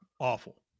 Awful